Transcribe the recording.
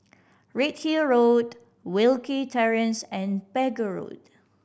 Redhill Road Wilkie Terrace and Pegu Road